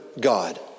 God